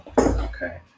okay